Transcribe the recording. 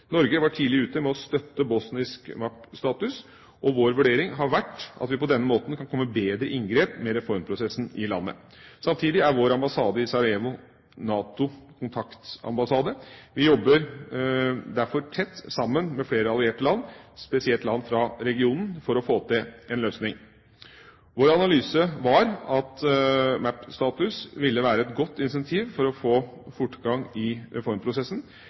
Norge var tidlig ute med å støtte bosnisk MAP-status, og vår vurdering har vært at vi på denne måten kan komme bedre i inngrep med reformprosessen i landet. Samtidig er vår ambassade i Sarajevo NATO-kontaktpunktambassade. Vi jobber derfor tett sammen med flere allierte land, spesielt land fra regionen, for å få til en løsning. Vår analyse var at MAP-status ville være et godt incentiv for å få fortgang i reformprosessen.